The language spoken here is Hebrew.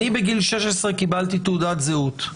אני בגיל 16 קיבלתי תעודת זהות,